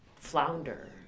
flounder